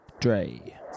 Dre